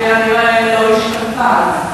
שכפי הנראה לא השתנתה.